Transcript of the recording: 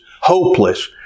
hopeless